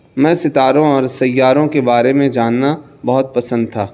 میں ستاروں اور سیاروں کے بارے میں جاننا بہت پسند تھا